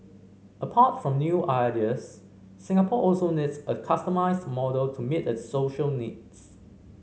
apart from new ideas Singapore also needs a customised model to meet its social needs